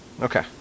Okay